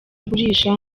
ugurisha